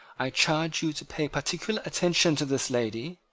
i charge you to pay particular attention to this lady!